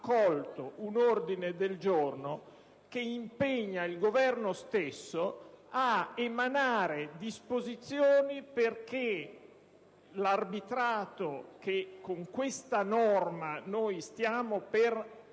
un ordine del giorno che impegna il Governo stesso a emanare disposizioni affinché l'arbitrato che con la norma al nostro